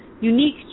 unique